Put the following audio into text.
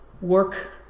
work